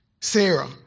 Sarah